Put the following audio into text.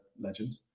legend